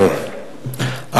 Israel,